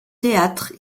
théâtre